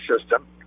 system